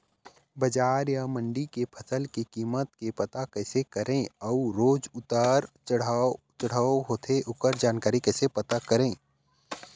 बजार या मंडी के फसल के कीमत के पता कैसे करें अऊ रोज उतर चढ़व चढ़व होथे ओकर जानकारी कैसे पता करें?